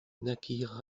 naquirent